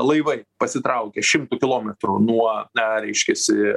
laivai pasitraukė šimtu kilometrų nuo a reiškiasi